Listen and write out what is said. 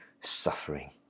suffering